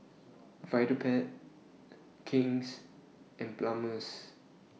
Vitapet King's and Palmer's